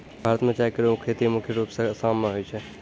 भारत म चाय केरो खेती मुख्य रूप सें आसाम मे होय छै